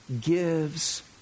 gives